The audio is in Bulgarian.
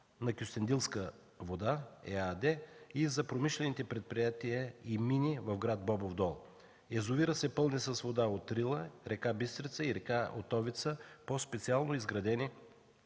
на „Кюстендилска вода” ЕАД и за промишлените предприятия и мини в град Бобов дол. Язовирът се пълни с вода от Рила, река Бистрица и река Отовица по специално изградени